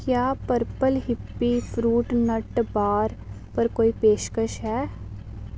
क्या purple hippie fruit nut bar पर कोई पेशकश है